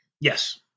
Yes